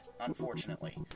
unfortunately